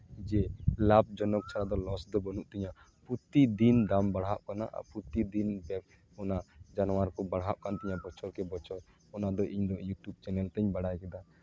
ᱡᱮ ᱞᱟᱵᱷ ᱡᱚᱱᱚᱠ ᱪᱷᱟᱲᱟ ᱫᱚ ᱞᱚᱥ ᱫᱚ ᱵᱟᱹᱱᱩᱜ ᱛᱤᱧᱟᱹ ᱯᱨᱚᱛᱤ ᱫᱤᱱ ᱫᱟᱢ ᱵᱟᱲᱦᱟᱜ ᱠᱟᱱᱟ ᱯᱨᱚᱛᱤᱫᱤᱱ ᱜᱮ ᱚᱱᱟ ᱡᱟᱱᱣᱟᱨ ᱠᱚ ᱵᱟᱲᱦᱟᱜ ᱠᱟᱱ ᱛᱤᱧᱟᱹ ᱵᱚᱪᱷᱚᱨ ᱠᱮ ᱵᱚᱪᱷᱚᱨ ᱚᱱᱟᱫᱚ ᱤᱧ ᱦᱚᱸ ᱤᱭᱩᱴᱩᱵᱽ ᱪᱮᱱᱮᱞ ᱛᱤᱧ ᱵᱟᱲᱟᱭ ᱠᱮᱫᱟ